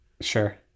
Sure